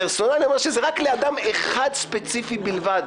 פרסונלי זה אומר שזה רק לאדם אחד ספציפי בלבד.